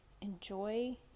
enjoy